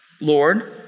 Lord